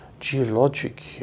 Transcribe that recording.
geologic